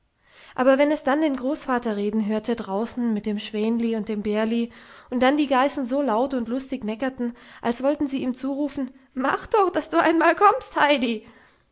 aber wenn es dann den großvater reden hörte draußen mit dem schwänli und dem bärli und dann die geißen so laut und lustig meckerten als wollten sie ihm zurufen mach doch daß du einmal kommst heidi